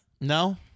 No